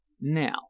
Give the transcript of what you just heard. Now